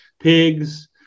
pigs